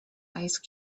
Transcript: ice